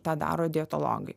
tą daro dietologai